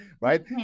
right